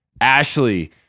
Ashley